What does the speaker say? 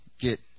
get